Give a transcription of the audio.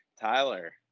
Tyler